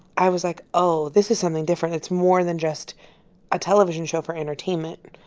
i was like, oh, this is something different. it's more than just a television show for entertainment.